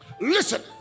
Listen